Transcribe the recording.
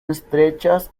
estrechas